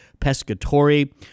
Pescatori